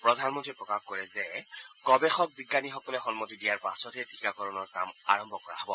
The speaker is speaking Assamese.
প্ৰধানমন্তীয়ে প্ৰকাশ কৰে যে গৱেষক বিজ্ঞানীসকলে সন্মতি দিয়াৰ পাছতহে টীকাকৰণৰ কাম আৰম্ভ কৰা হ'ব